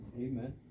Amen